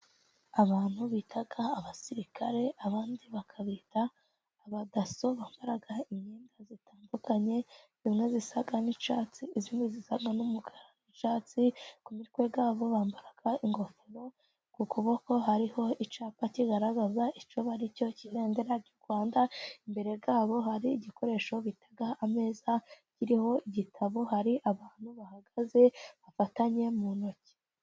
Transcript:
Abantu bita abasirikare, abandi bakabita abadaso bambara imyenda itandukanye imwe isa n'icyatsi, indi isa n'umukara n'icyatsi, ku mitwe yabo bambara ingofero ku kuboko hariho icyapa kigaragaza icyo baricyo cy' ibendera ry'u Rwanda ,imbere yabo hari igikoresho bita ameza kiriho igitabo, hari abantu bahagaze bafatanye mu ntoki.